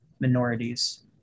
minorities